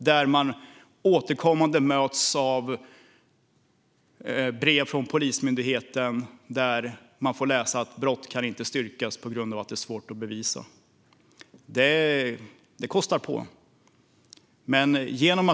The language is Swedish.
Det kostar på att återkommande mötas av brev från Polismyndigheten där man får läsa att brott inte kan styrkas på grund av att det är svårt att bevisa.